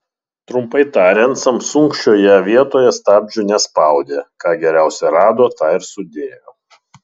trumpai tariant samsung šioje vietoje stabdžių nespaudė ką geriausio rado tą ir sudėjo